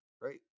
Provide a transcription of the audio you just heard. Right